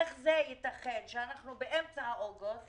איך ייתכן שאנחנו באמצע חודש אוגוסט,